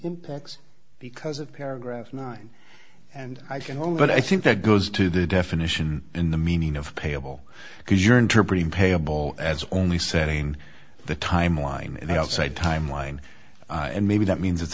impacts because of paragraph nine and i can only but i think that goes to the definition in the meaning of payable because you're interpreting payable as only setting the timeline in the outside timeline and maybe that means it's